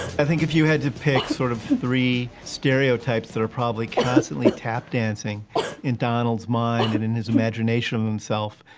i think if you had to pick sort of three stereotypes that are probably constantly tap-dancing in donald's mind and in his imagination of himself,